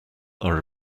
are